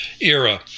era